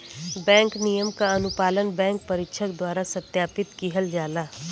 bank नियम क अनुपालन बैंक परीक्षक द्वारा सत्यापित किहल जाला